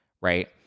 Right